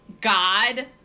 God